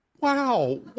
Wow